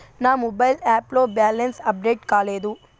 నా mobile app లో balance update కాలేదు